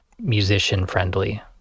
musician-friendly